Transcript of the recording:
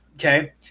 Okay